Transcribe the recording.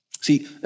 See